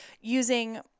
using